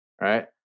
right